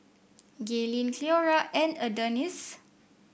Gaylene Cleora and Adonis